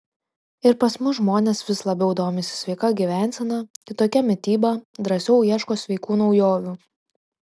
ir pas mus žmonės vis labiau domisi sveika gyvensena kitokia mityba drąsiau ieško sveikų naujovių